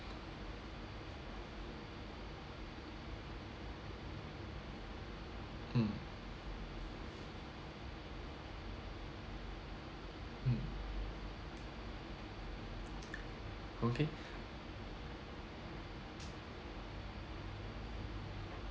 mm mm okay